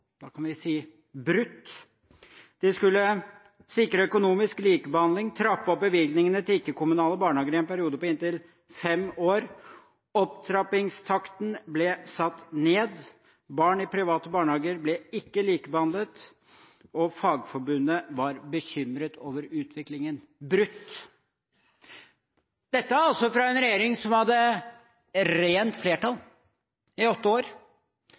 Da kan vi si: brutt. De skulle sikre økonomisk likebehandling ved å trappe opp bevilgningene til ikke-kommunale barnehager i en periode på inntil fem år. Opptrappingstakten ble satt ned. Barn i private barnehager ble ikke likebehandlet. Fagforbundet var bekymret over utviklingen – brutt. Dette kom altså fra en regjering som i åtte år hadde rent flertall.